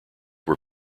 were